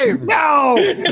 No